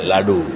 લાડુ